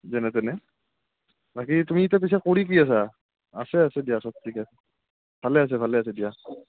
যেনে তেনে বাকী তুমি এতিয়া পিছে কৰি কি আছা আছে আছে দিয়া চব ঠিক আছে ভালে আছে ভালে আছে দিয়া